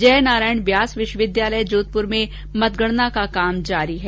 जयनारायण व्यास विश्वविद्यालय जोधपुर में मतगणना का काम जारी है